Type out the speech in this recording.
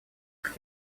как